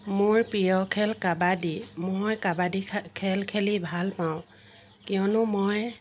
মোৰ প্ৰিয় খেল কাবাডি মই কাবাডি খেল খেলি ভাল পাওঁ কিয়নো মই